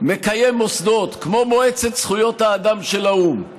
מקיים מוסדות כמו מועצת זכויות האדם של האו"ם.